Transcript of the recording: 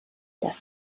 das